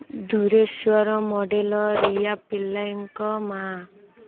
ଧୁରେଶ୍ୱର model Riya ପିଲ୍ଲାଇଙ୍କ ମା'